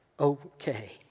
Okay